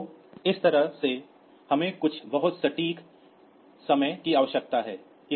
तो इस तरह से हमें कुछ बहुत सटीक समय की आवश्यकता है